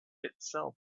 itself